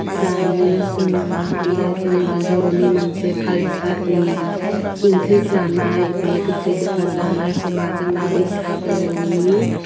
जायो जोङो बेयो जोंनि बर'नि मोनसे काल्सारनि ओंख्रि जानाय बे गोखै गोखा जानाय समा जोंना बैसागुनि